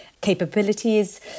capabilities